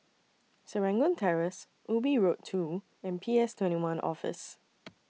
Serangoon Terrace Ubi Road two and P S twenty one Office